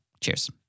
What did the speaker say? Cheers